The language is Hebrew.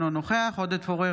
אינו נוכח עודד פורר,